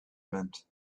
meant